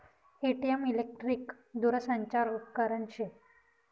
ATM electric दूरसंचार उपकरन शे